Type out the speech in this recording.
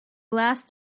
last